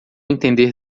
entender